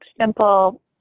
simple